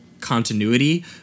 continuity